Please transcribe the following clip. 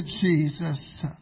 jesus